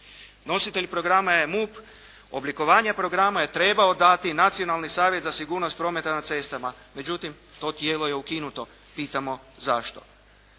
Nositelj programa je MUP. Oblikovanje programa je trebao dati nacionalni savjet za sigurnost prometa na cestama. Međutim, to tijelo je ukinuto. Pitamo zašto?